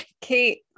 Kate